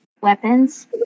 weapons